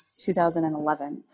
2011